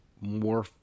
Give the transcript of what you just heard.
more